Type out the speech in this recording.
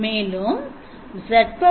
மேலும் Z2